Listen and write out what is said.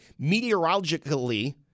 Meteorologically